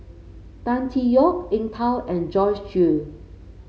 Tan Tee Yoke Eng Tow and Joyce Jue